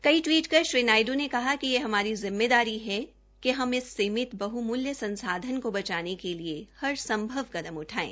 कई टवीट कर श्री नायड् ने कहा कि यह हमारी जिम्मेदारी है कि हम इस समिति बहमूल्य संसाधन को बचाने के लिए हर संभव कदम उठायें